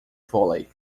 vôlei